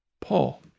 Paul